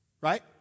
right